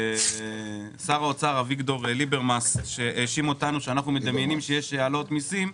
שר האוצר אביגדור ליברמס האשים אותנו שאנחנו מדמיינים שיש העלאות מיסים.